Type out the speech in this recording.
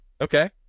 Okay